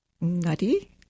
nutty